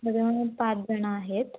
सगळे मिळून पाच जण आहेत